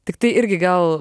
tiktai irgi gal